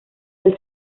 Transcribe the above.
del